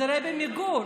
זה הרבי מגור.